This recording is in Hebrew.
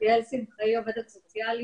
אנחנו נשמע את האנשים שהצטרפו אלינו.